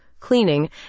cleaning